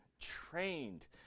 trained